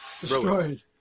destroyed